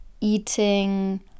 eating